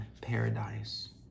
paradise